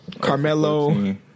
Carmelo